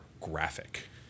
graphic